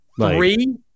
Three